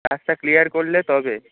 রাস্তা ক্লিয়ার করলে তবে